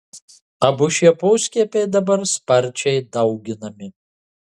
abu šie poskiepiai dabar sparčiai dauginami